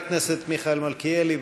חבר הכנסת מיכאל מלכיאלי,